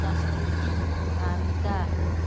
सांस्कृतिक उद्यमिता